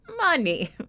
money